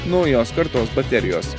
naujos kartos baterijos